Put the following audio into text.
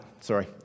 Sorry